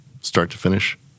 start-to-finish